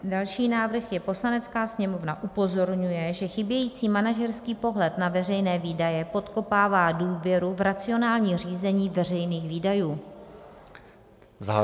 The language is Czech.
Další návrh je: Poslanecká sněmovna upozorňuje, že chybějící manažerský pohled na veřejné výdaje podkopává důvěru v racionální řízení veřejných výdajů.